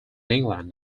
england